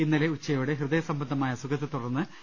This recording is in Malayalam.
ഇന്നലെ ഉച്ചയോടെ ഹൃദയസംബന്ധമായ അസുഖത്തെ തുടർന്ന് കൊച്ചി